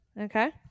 Okay